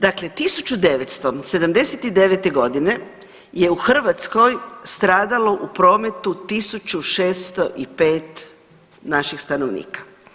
Dakle, 1979. godine je u Hrvatskoj stradalo u prometu 1605 naših stanovnika.